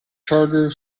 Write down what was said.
charter